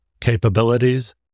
capabilities